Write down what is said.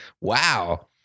Wow